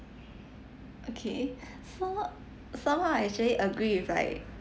okay so somehow actually I agree with like